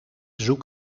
zoek